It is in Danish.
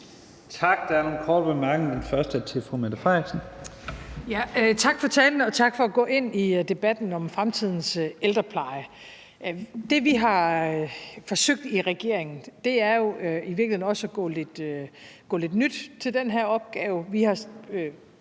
Tak for talen, og tak for at gå ind i debatten om fremtidens ældrepleje. Det, vi har forsøgt i regeringen, er jo i virkeligheden også at gå lidt nyt til den her opgave.